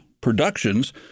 productions